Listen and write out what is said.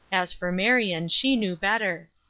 as for marion, she knew better.